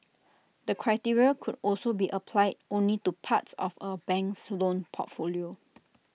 the criteria could also be applied only to parts of A bank's loan portfolio